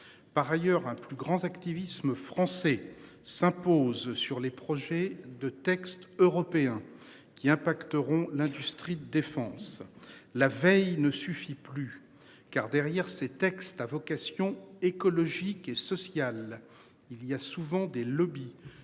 Par ailleurs, un plus grand activisme français s'impose sur les projets de texte européens qui impacteront l'industrie de défense la veille ne suffit plus. Car derrière ces textes à vocation écologique et sociale. Il y a souvent des lobbies